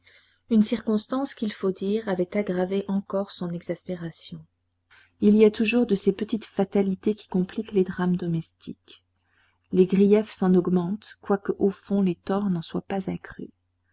une circonstance qu'il faut dire avait aggravé encore son exaspération il y a toujours de ces petites fatalités qui compliquent les drames domestiques les griefs s'en augmentent quoique au fond les torts n'en soient pas accrus